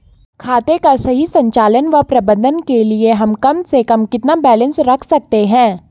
खाते का सही संचालन व प्रबंधन के लिए हम कम से कम कितना बैलेंस रख सकते हैं?